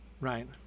right